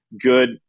good